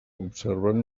observant